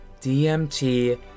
DMT